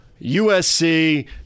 USC